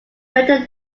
better